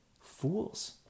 Fools